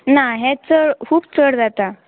ना हें चड खूब चड जाता